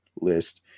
list